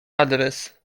adres